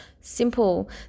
simple